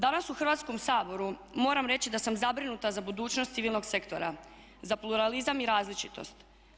Danas u Hrvatskom saboru moram reći da sam zabrinuta za budućnost civilnog sektora, za pluralizam i različitost.